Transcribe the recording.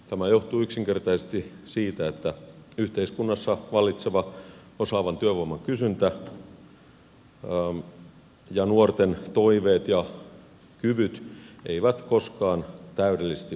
tämä johtuu yksinkertaisesti siitä että yhteiskunnassa vallitseva osaavan työvoiman kysyntä ja nuorten toiveet ja kyvyt eivät koskaan täydellisesti osu yhteen